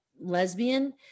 lesbian